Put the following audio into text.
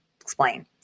explain